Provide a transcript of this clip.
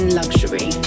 luxury